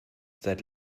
seit